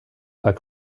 are